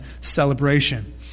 celebration